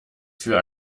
für